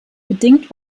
bedingt